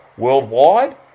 Worldwide